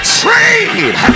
trade